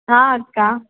ಹಾಂ ಅಕ್ಕ